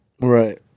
Right